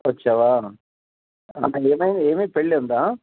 వచ్చావా అంటే ఏమైంది ఏమి పెళ్ళి ఉందా